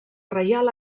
reial